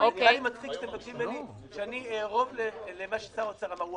אז נראה לי מצחיק שאתם מבקשים ממני שאני אערוב למה ששר האוצר אמר.